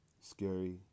Scary